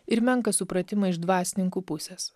ir menką supratimą iš dvasininkų pusės